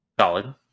Solid